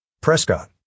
Prescott